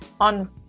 on